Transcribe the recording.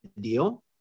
deal